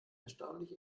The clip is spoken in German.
erstaunlich